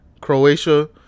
Croatia